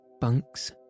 bunks